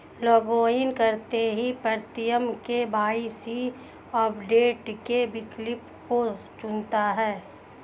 login करते ही Pritam KYC update के विकल्प को चुनता है